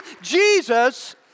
Jesus